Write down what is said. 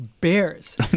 bears